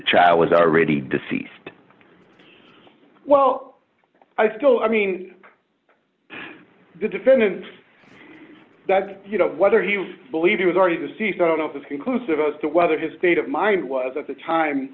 child was already deceased well i still i mean the defendant that you know whether he believed he was already deceased out of this conclusive as to whether his state of mind was at the time